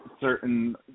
certain